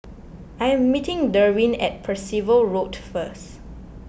I am meeting Derwin at Percival Road first